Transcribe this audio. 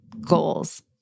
goals